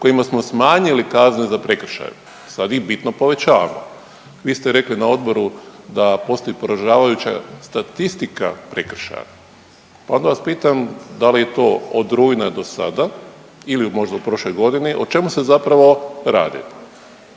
kojima smo smanjili kazne za prekršaje. Sad ih bitno povećavamo. Vi ste rekli na odboru da postoji poražavajuća statistika prekršaja, pa onda vas pitam da li je to od rujna do sada ili možda u prošloj godini. O čemu se zapravo radi?